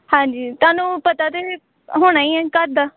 ਹਾਂਜੀ ਤੁਹਾਨੂੰ ਪਤਾ ਤਾਂ ਹੋਣਾ ਹੀ ਹੈ ਘਰ ਦਾ